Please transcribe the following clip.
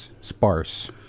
sparse